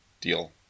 deal